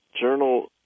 Journal